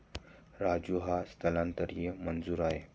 राजू हा स्थलांतरित मजूर आहे